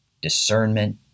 discernment